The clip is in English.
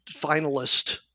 finalist